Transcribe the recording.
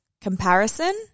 comparison